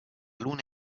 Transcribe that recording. luna